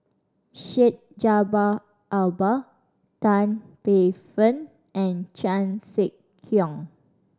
Syed Jaafar Albar Tan Paey Fern and Chan Sek Keong